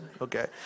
okay